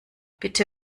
bitte